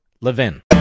LEVIN